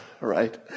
right